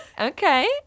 Okay